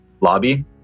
lobby